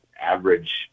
average